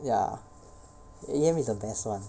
ya E_M is the best one